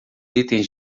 itens